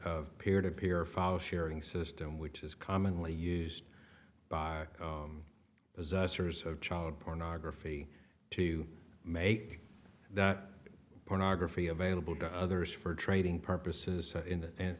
of peer to peer file sharing system which is commonly used by possessors of child pornography to make that pornography available to others for trading purposes